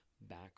back